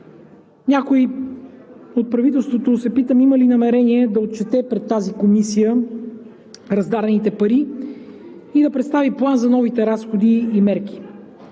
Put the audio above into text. Някой от правителството, се питам, има ли намерение да отчете пред тази комисия раздадените пари и да представи план за новите разходи и мерки?